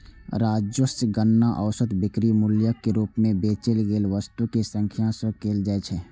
राजस्वक गणना औसत बिक्री मूल्यक रूप मे बेचल गेल वस्तुक संख्याक सं कैल जाइ छै